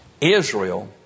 Israel